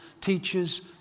teachers